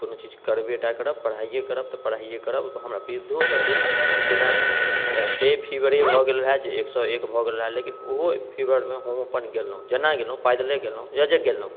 कोनो चीज करबेटा करब पढ़ाइए करब तऽ पढ़ाइए करब हमरा विवधोसब भेल जेना एते फीवरे भऽ गेल रहै जे एक सओ एक भऽ गेल रहै लेकिन ओहो फीवरमे हम अपन गेलहुँ जेना गेलहुँ पैदले गेलहुँ जे गेलहुँ